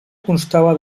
constava